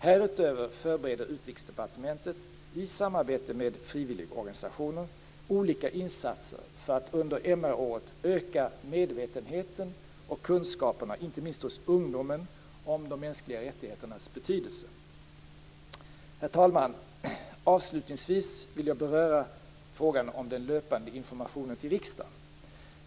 Härutöver förbereder Utrikesdepartementet i samarbete med frivilligorganisationer olika insatser för att under MR-året öka medvetenheten och kunskaperna inte minst hos ungdomen om de mänskliga rättigheternas betydelse. Herr talman! Avslutningsvis vill jag beröra frågan om den löpande informationen till riksdagen.